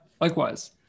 likewise